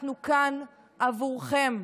אנחנו כאן עבורכם.